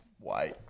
wait